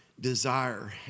desire